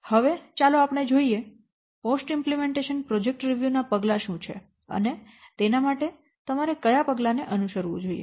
હવે ચાલો આપણે જોઈએ પોસ્ટ અમલીકરણ પ્રોજેક્ટ સમીક્ષા નાં પગલાં શું છે અને તેના માટે તમારે કયા પગલાં ને અનુસરવું જોઈએ